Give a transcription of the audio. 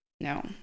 no